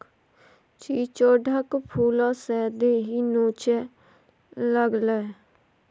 चिचोढ़क फुलसँ देहि नोचय लागलै